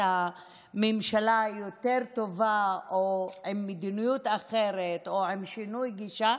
הממשלה ליותר טובה או עם מדיניות אחרת או עם שינוי גישה,